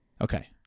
Okay